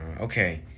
Okay